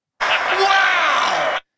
Wow